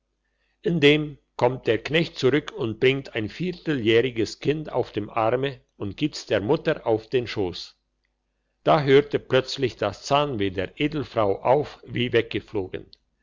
indem kommt der knecht zurück und bringt ein vierteljähriges kind auf dem arme und gibt's der mutter auf die schoss da hörte plötzlich das zahnweh der edelfrau auf wie weggeflogen